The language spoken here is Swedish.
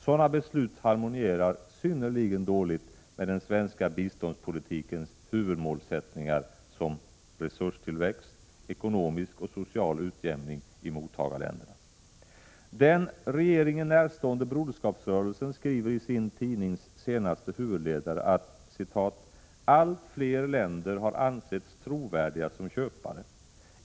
Sådana beslut harmonierar synnerligen dåligt med den svenska biståndspolitikens huvudmålsättningar som resurstillväxt, ekonomisk och social utjämning i mottagarländerna. Den regeringen närstående Broderskapsrörelsen skriver i sin tidnings senaste huvudledare att ”allt fler länder har ansetts trovärdiga som köpare.